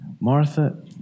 Martha